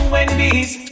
Wendy's